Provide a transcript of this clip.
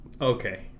okay